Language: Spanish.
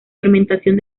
fermentación